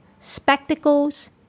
spectacles